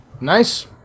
Nice